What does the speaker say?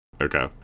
Okay